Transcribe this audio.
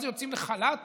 מה זה יוצאים לחל"ת